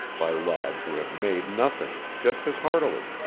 by lads who have made nothing, just as heartily.